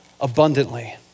abundantly